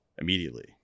immediately